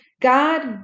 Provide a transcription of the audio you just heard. God